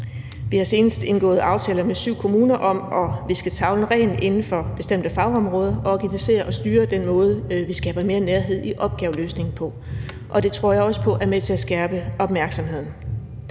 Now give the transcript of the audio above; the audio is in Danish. Vi har senest indgået aftaler med syv kommuner om at viske tavlen ren inden for bestemte fagområder og organisere og styre den måde, vi skaber mere nærhed i opgaveløsningen på, og det tror jeg også på er med til at skærpe opmærksomheden.